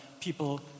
People